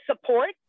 support